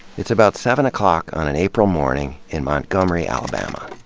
it's about seven o'clock on an april morning in montgomery, alabama.